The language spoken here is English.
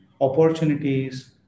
opportunities